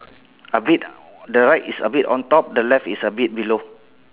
a bit the right is a bit on top the left is a bit below